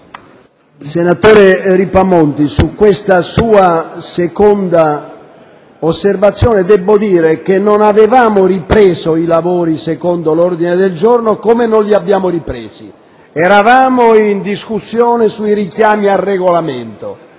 Senatore Ripamonti, sulla sua seconda osservazione debbo dire che noi non avevamo ripreso i lavori secondo l'ordine del giorno come non li abbiamo ripresi. Eravamo in discussione sui richiami al Regolamento